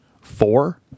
four